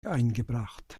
eingebracht